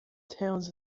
towns